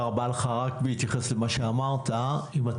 אם נתייחס ונכנס למה שאמרת,